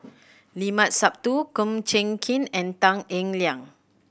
Limat Sabtu Kum Chee Kin and Tan Eng Liang